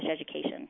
education